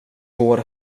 vår